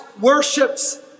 worships